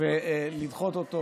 ולדחות אותו,